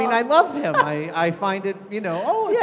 mean, i love him. i i find it, you know, yeah